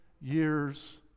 years